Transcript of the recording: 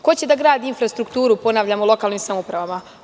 Ko će da gradi infrastrukturu, ponavljam, u lokalnim samoupravama?